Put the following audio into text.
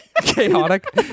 Chaotic